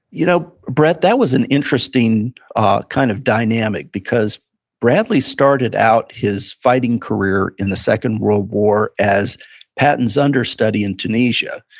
you know, brett, that was an interesting kind of dynamic. because bradley started out his fighting career in the second world war as patton's understudy in tunisia.